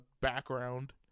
background